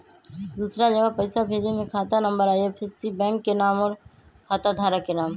दूसरा जगह पईसा भेजे में खाता नं, आई.एफ.एस.सी, बैंक के नाम, और खाता धारक के नाम?